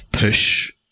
push